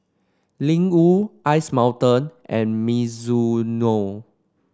Ling Wu Ice Mountain and Mizuno